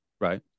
Right